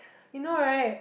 you know right